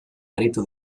aritu